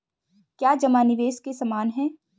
क्या जमा निवेश के समान है?